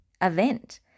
event